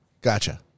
gotcha